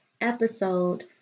episode